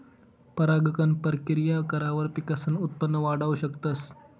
परागकण परकिया करावर पिकसनं उत्पन वाढाऊ शकतस